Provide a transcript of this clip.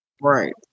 right